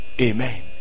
Amen